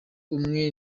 umwe